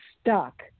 stuck